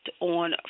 on